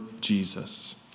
Jesus